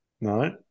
No